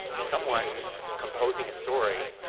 someone composing a story